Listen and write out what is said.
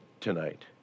tonight